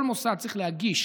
כל מוסד צריך להגיש